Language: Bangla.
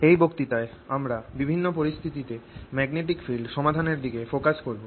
এই বক্তৃতায় আমরা বিভিন্ন পরিস্থিতিতে ম্যাগনেটিক ফিল্ড সমাধানের দিকে ফোকাস করব